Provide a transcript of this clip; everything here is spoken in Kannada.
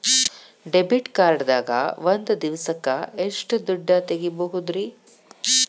ಡೆಬಿಟ್ ಕಾರ್ಡ್ ದಾಗ ಒಂದ್ ದಿವಸಕ್ಕ ಎಷ್ಟು ದುಡ್ಡ ತೆಗಿಬಹುದ್ರಿ?